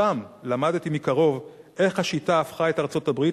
שם למדתי מקרוב איך השיטה הפכה את ארצות-הברית